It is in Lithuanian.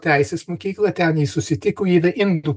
teisės mokykla ten jį susitiko yra indų